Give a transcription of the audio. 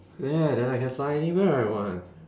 yeah then I can fly anywhere I want